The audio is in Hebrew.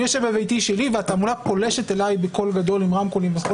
אני יושב בביתי שלי והתעמולה פולשת אליי בקול גדול עם רמקולים וכו'.